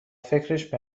فکرش